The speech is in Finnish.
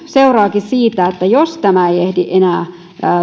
seuraakin että jos tämä ei ehdi enää